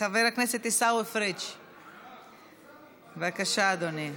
חבר הכנסת עיסאווי פריג', בבקשה, אדוני.